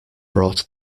brought